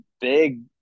big